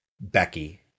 Becky